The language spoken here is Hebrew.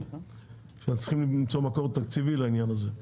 שצריך למצוא מקור תקציבי לעניין הזה.